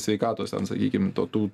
sveikatos ten sakykim to tų